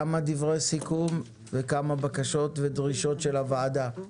כמה דברי סיכום וכמה בקשות ודרישות של הוועדה.